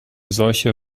solche